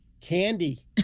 candy